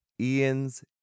Ian's